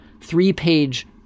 three-page